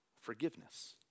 forgiveness